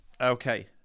Okay